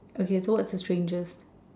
okay so what's the strangest